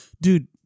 dude